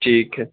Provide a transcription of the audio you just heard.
ٹھیک ہے